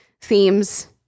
themes